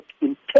intention